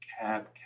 Cab